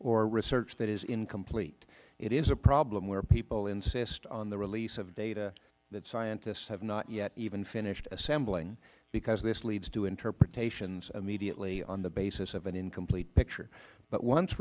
or research that is incomplete it is a problem where people insist on the release of data that scientists have not yet even finished assembling because this leads to interpretations immediately on the basis of an incomplete picture but once